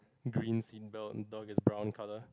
green seatbelt and the dog is brown colour